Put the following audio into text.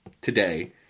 today